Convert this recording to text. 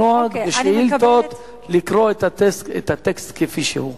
הנוהג בשאילתות לקרוא את הטקסט כפי שהוא.